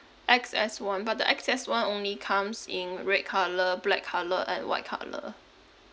x s [one] but the x s [one] only comes in red colour black colour and white colour